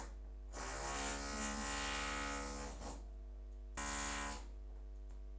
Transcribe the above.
ᱩᱸ